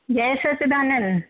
Jay Sachidanand